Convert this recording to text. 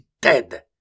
dead